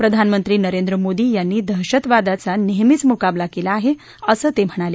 प्रधानमंत्री नरेंद्र मोदी यांनी दहशतवादाचा नेहमीच मुकाबला केला आहे असं ते म्हणाले